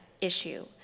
issue